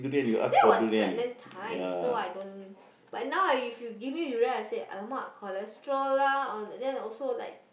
that was pregnant time so I don't but now if you give me durian I said !alamak! cholesterol lah all then also like